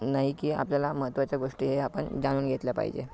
नाही की आपल्याला महत्त्वाच्या गोष्टी हे आपण जाणून घेतल्या पाहिजे